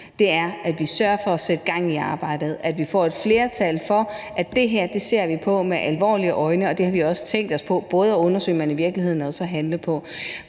for, er, at vi sørger for at sætte gang i arbejdet; at vi får et flertal for, at det her ser vi på med alvorlige øjne – og det har vi også tænkt os både at undersøge, men i virkeligheden også at handle på.